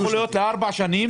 זה יכול להיות לארבע שנים,